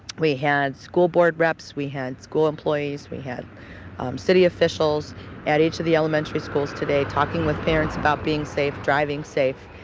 we had school board reps. we had school employees. we had city officials at each of the elementary schools today talking with parents about being safe, driving safe.